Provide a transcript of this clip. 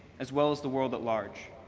as well as the world at large,